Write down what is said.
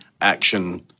action